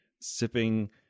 sipping